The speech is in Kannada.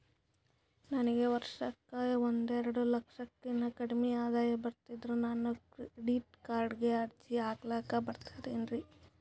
ನನಗ ವರ್ಷಕ್ಕ ಒಂದೆರಡು ಲಕ್ಷಕ್ಕನ ಕಡಿಮಿ ಆದಾಯ ಬರ್ತದ್ರಿ ನಾನು ಕ್ರೆಡಿಟ್ ಕಾರ್ಡೀಗ ಅರ್ಜಿ ಹಾಕ್ಲಕ ಬರ್ತದೇನ್ರಿ?